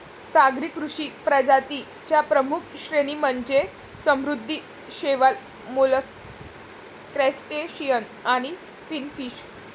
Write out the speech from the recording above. सागरी कृषी प्रजातीं च्या प्रमुख श्रेणी म्हणजे समुद्री शैवाल, मोलस्क, क्रस्टेशियन आणि फिनफिश